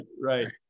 right